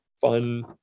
fun